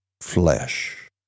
flesh